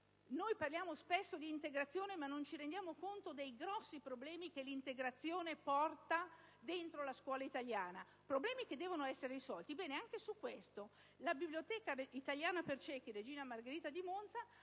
noi parliamo spesso di integrazione, ma non ci rendiamo conto dei grandi problemi che l'integrazione porta dentro la scuola italiana: problemi che devono essere risolti. Anche su questo punto, la Biblioteca italiana per ciechi «Regina Margherita» di Monza